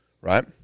right